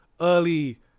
early